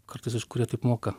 kartais iš kur jie taip moka